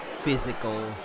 physical